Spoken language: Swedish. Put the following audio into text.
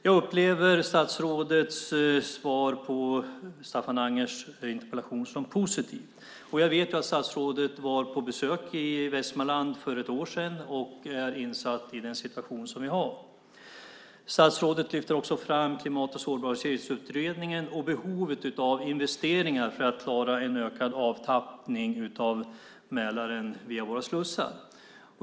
Jag upplever statsrådets svar på Staffan Angers interpellation som positivt, och jag vet att statsrådet var på besök i Västmanland för ett år sedan och är insatt i den situation som vi har. Statsrådet lyfter också fram Klimat och sårbarhetsutredningen och behovet av investeringar för att klara en ökad avtappning av Mälaren via våra slussar.